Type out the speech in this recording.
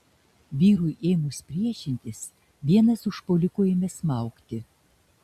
vyrui ėmus priešintis vienas užpuolikų ėmė smaugti